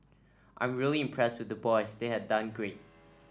I'm really impressed with the boys they have done great